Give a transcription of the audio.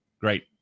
Great